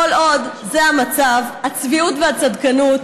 כל עוד זה המצב, הצביעות והצדקנות,